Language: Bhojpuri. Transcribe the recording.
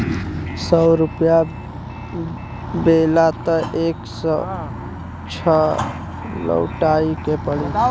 सौ रुपइया लेबा त एक सौ छह लउटाए के पड़ी